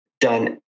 done